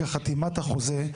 החוזה.